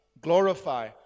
glorify